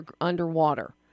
underwater